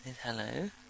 Hello